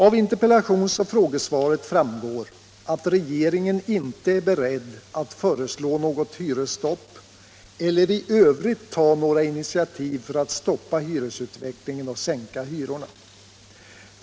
Av interpellationsoch frågesvaret framgår att regeringen inte är beredd att föreslå något hyresstopp eller i övrigt ta några initiativ för att stoppa hyresutvecklingen och sänka hyrorna.